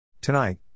Tonight